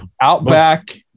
outback